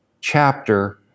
chapter